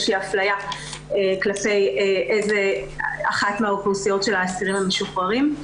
שהיא אפלייה כלפי אחת מהאוכלוסיות של האסירים המשוחררים.